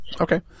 Okay